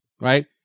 Right